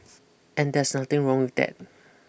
and there's nothing wrong with that